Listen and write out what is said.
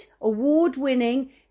award-winning